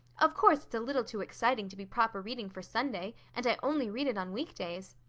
of course it's a little too exciting to be proper reading for sunday, and i only read it on weekdays.